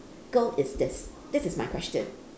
~cal is this this is my question